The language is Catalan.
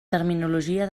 terminologia